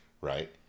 right